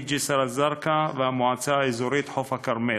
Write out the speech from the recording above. ג'סר-א-זרקא למועצה האזורית חוף הכרמל,